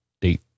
date